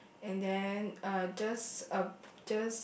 and then uh just uh just